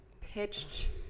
pitched